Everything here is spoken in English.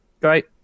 great